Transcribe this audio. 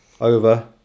over